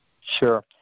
Sure